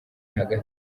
hagati